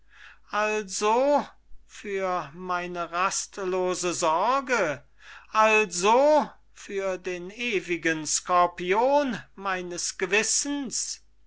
also für meine rastlose sorge also für den ewigen scorpion meines gewissens